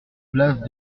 place